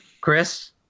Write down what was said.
Chris